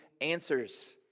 answers